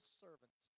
servant